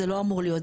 זה לא אמור להיות.